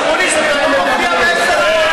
אקוניס, אתה לא מופיע בעשר המכות.